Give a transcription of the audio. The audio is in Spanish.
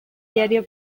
diario